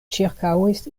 ĉirkaŭis